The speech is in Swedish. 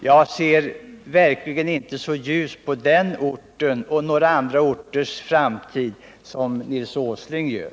Jag ser verkligen inte så ljust på framtiden för vare sig den orten eller andra orter som Nils Åsling gör.